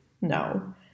No